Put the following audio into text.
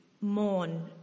mourn